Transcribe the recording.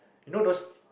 you know those